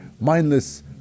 mindless